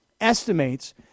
estimates